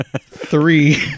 Three